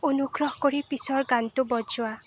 অনুগ্ৰহ কৰি পিছৰ গানটো বজোৱা